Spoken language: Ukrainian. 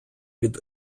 від